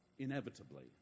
Inevitably